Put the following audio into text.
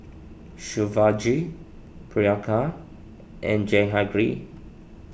Shivaji Priyanka and Jehangirr